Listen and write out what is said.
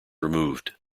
removed